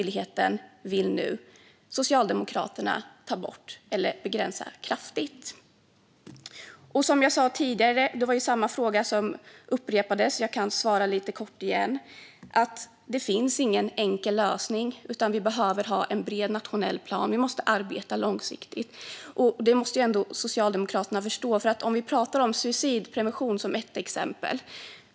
Ledamoten upprepade sin fråga, och jag kan svara lite kort igen. Det finns ingen enkel lösning, utan vi behöver ha en bred nationell plan. Vi måste arbeta långsiktigt, och det måste Socialdemokraterna förstå. Låt oss ta suicidprevention som ett exempel.